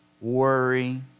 worry